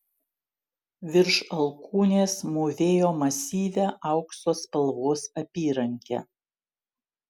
virš alkūnės mūvėjo masyvią aukso spalvos apyrankę